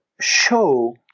show